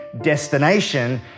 destination